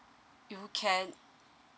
okay